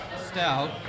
stout